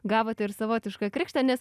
gavote ir savotišką krikštą nes